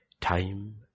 Time